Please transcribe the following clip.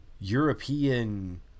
European